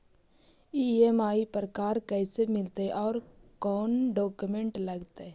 EMI पर car कैसे मिलतै औ कोन डाउकमेंट लगतै?